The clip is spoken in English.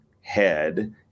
head